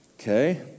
Okay